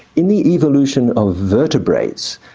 in the evolution of vertebrates,